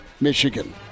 Michigan